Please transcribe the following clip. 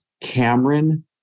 Cameron